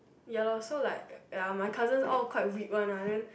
ya lor so like ya my cousins all quite weak one lah then